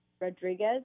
Rodriguez